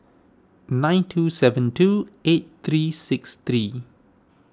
nine two seven two eight three six three